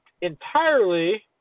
entirely